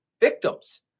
victims